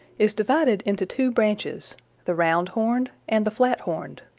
is divided into two branches the round-horned and the flat-horned.